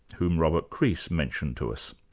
whom robert crease mentioned to us.